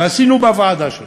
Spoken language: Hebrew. ועשינו בוועדה שלנו,